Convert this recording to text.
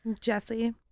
Jesse